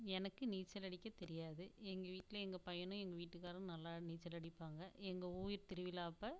எனக்கு நீச்சல் அடிக்க தெரியாது எங்கள் வீட்டில் எங்கள் பையனும் எங்கள் வீட்டுக்காரரும் நல்லா நீச்சல் அடிப்பாங்க எங்கள் ஊர் திருவிழா அப்போ